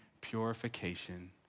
purification